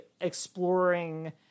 exploring